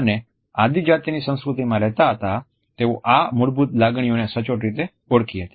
અને આદિજાતિની સંસ્કૃતિમાં રહેતા હતા તેઓ આ મૂળભૂત લાગણીઓને સચોટ રીતે ઓળખી હતી